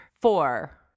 four